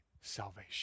salvation